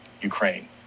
Ukraine